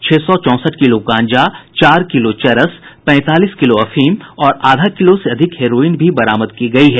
छह सौ चौंसठ किलो गांजा चार किलो चरस पैंतालीस किलो अफीम और आधा किलो से अधिक हेराईन भी बरामद की गयी है